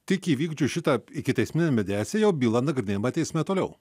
tik įvykdžius šitą ikiteisminę mediaciją jau byla nagrinėjama teisme toliau